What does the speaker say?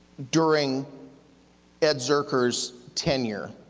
during ed zuercher's tenure.